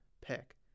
pick